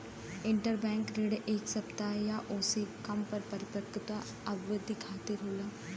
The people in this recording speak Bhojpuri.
इंटरबैंक ऋण एक सप्ताह या ओसे कम क परिपक्वता अवधि खातिर होला